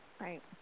Right